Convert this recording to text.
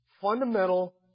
fundamental